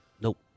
Nope